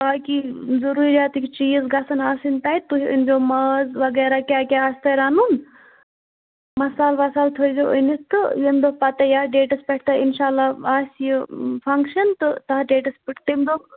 آ کیٚنٛہہ ضروٗرِیاتٕکۍ چیٖز گَژھَن آسٕنۍ تَتہِ تُہۍ أنۍزیٚو ماز وغیرہ کیٛاہ کیٛاہ آسہِ تۄہہِ رَنُن مسالہٕ وَسالہٕ تھٲوزیٚو أنِتھ تہٕ ییٚمہِ دۄہ پَتہٕ یا یَتھ ڈیٹَس پیٚٹھ تۄہہِ اِںشاء اللہ آسہِ یہِ فَنٛگشَن تہٕ تَتھ ڈیٹَس پیٚٹھ تَمہِ دۄہ